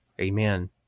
Amen